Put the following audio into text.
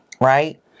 Right